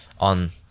on